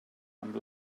amb